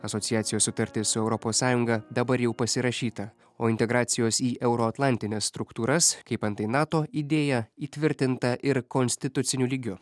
asociacijos sutartis su europos sąjunga dabar jau pasirašyta o integracijos į euroatlantines struktūras kaip antai nato idėja įtvirtinta ir konstituciniu lygiu